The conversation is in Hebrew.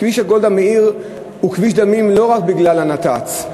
כביש גולדה מאיר הוא כביש דמים לא רק בגלל הנת"צ,